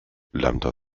lambda